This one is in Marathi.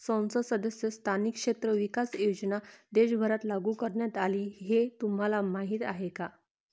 संसद सदस्य स्थानिक क्षेत्र विकास योजना देशभरात लागू करण्यात आली हे तुम्हाला माहीत आहे का?